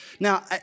Now